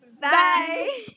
bye